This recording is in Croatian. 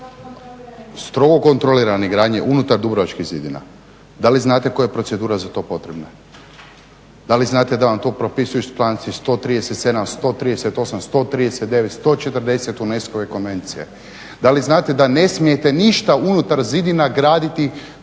Strogo kontrolirane gradnje unutar dubrovačkih zidina. Da li znate koja je procedura za to potrebna? Da li znate da vam to propisuju članci 137., 138. 139., 140. UNESCO-ve konvencije. Da li znate da ne smijete ništa unutar zidina graditi